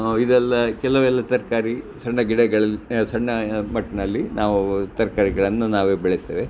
ಇದೆಲ್ಲ ಕೆಲವೆಲ್ಲ ತರಕಾರಿ ಸಣ್ಣ ಗಿಡಗಳೆಲ್ಲ ಸಣ್ಣ ಒಟ್ಟಿನಲ್ಲಿ ನಾವು ತರಕಾರಿ ಗಿಡವನ್ನು ನಾವೇ ಬೆಳೆಸ್ತೇವೆ